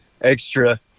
extra